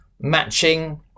matching